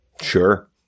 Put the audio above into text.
Sure